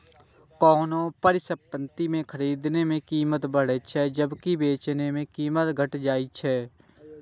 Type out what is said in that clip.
कोनो परिसंपत्ति कें खरीदने सं कीमत बढ़ै छै, जबकि बेचै सं कीमत घटि जाइ छै